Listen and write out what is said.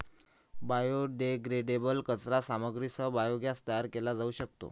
biodegradable कचरा सामग्रीसह biogas तयार केले जाऊ शकते